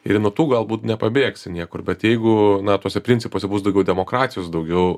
ir nuo tų galbūt nepabėgsi niekur bet jeigu na tuose principuose bus daugiau demokratijos daugiau